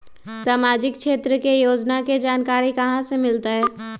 सामाजिक क्षेत्र के योजना के जानकारी कहाँ से मिलतै?